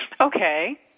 Okay